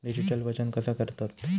Digital वजन कसा करतत?